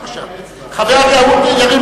בבקשה, אדוני.